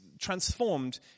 transformed